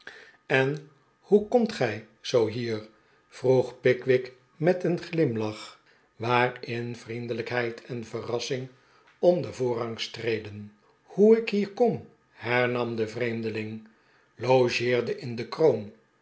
en hoe komt gij zoo hier vroeg pickwick met een glimlach waarin vriendelijkheid en verrassing om den voorrang streden hoe ik hier kom herham de vreemdeling logeerde in r de kroon